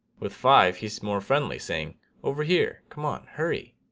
with five, he's more friendly saying over here. come on. hurry.